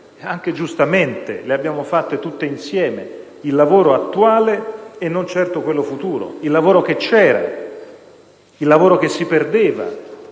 anche giustamente (le abbiamo fatte tutti insieme), il lavoro attuale e non certo quello futuro, il lavoro che c'era, il lavoro che si perdeva.